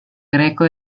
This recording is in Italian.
greco